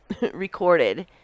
recorded